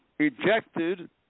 Ejected